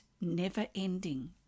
never-ending